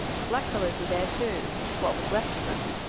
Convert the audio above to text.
the blackfellows were there, too what was left of them.